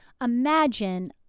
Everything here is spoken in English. imagine